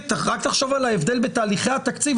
רק תחשוב על ההבדל בתהליכי התקציב.